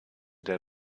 der